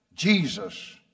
Jesus